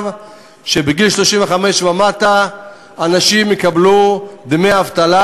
שבגיל 35 ומטה אנשים יקבלו דמי אבטלה,